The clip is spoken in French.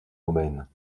domaines